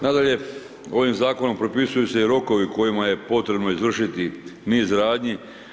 Nadalje, ovim Zakonom propisuju se i rokovi u kojima je potrebno izvršiti niz radnji.